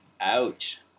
Ouch